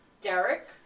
derek